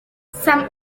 some